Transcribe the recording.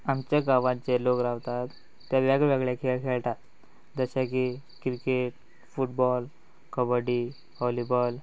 आमच्या गांवांत जे लोक रावतात ते वेग वेगळे खेळ खेळटात जशे की क्रिकेट फुटबॉल कबड्डी वॉलीबॉल